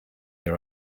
your